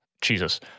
jesus